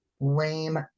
Lame